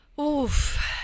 oof